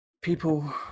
people